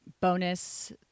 bonus